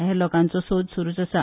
हेर लोकांचो सोद सुरूच आसा